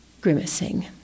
grimacing